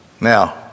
Now